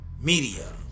media